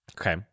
Okay